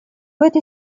этой